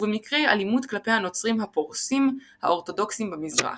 ובמקרי אלימות כלפי הנוצרים הפורשים האורתודוקסים במזרח.